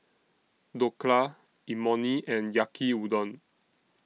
Dhokla Imoni and Yaki Udon